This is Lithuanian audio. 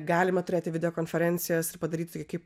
galima turėti video konferencijas ir padaryti tai kaip